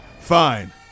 fine